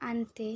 आणते